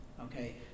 okay